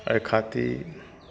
एहि खातिर